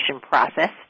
process